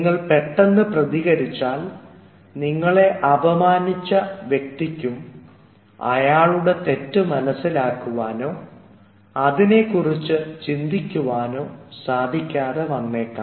നിങ്ങൾ പെട്ടെന്ന് പ്രതികരിച്ചാൽ നിങ്ങളെ അപമാനിച്ച വ്യക്തിക്കും ഒരാളുടെ തെറ്റ് മനസ്സിലാക്കുവാനോ അതിനെക്കുറിച്ച് ചിന്തിക്കുവാന്നോ സാധിക്കാതെ വന്നേക്കാം